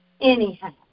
anyhow